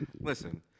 listen